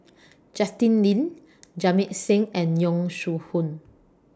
Justin Lean Jamit Singh and Yong Shu Hoong